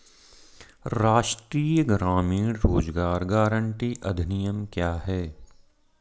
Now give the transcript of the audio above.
राष्ट्रीय ग्रामीण रोज़गार गारंटी अधिनियम क्या है?